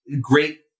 great